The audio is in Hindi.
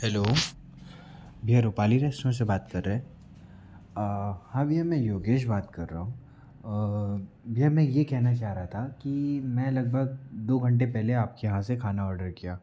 हेलो भईया रुपाली रेस्रोरेंट से बात कर रहे हाँ भईया मैं योगेश बात कर रहा हूँ भईया मैं ये कहना चाह रहा था कि मैं लगभग दो घण्टे पहले आपके यहाँ से खाना ऑडर किया